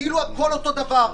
כאילו הכול אותו דבר.